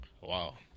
Wow